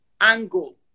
angle